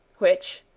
which,